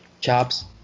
jobs